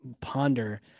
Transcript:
ponder